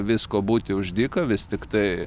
visko būti už dyką vis tiktai